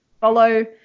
follow